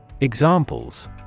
Examples